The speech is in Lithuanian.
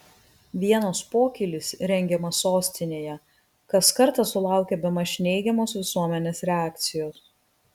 vienos pokylis rengiamas sostinėje kas kartą sulaukia bemaž neigiamos visuomenės reakcijos